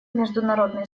международные